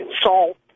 salt